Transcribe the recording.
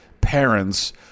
parents